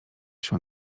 się